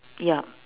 yup